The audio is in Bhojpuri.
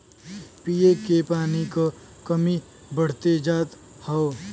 पिए के पानी क कमी बढ़्ते जात हौ